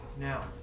now